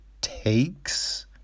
Takes